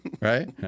right